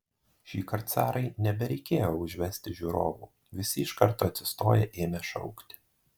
šįkart sarai nebereikėjo užvesti žiūrovų visi iš karto atsistoję ėmė šaukti